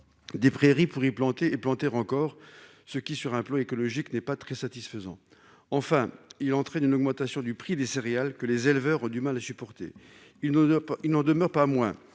des prairies pour y planter et planté encore ce qui, sur un plan écologique n'est pas très satisfaisant, enfin, il entraîne une augmentation du prix des céréales que les éleveurs du mal à supporter, ils n'osent pas, il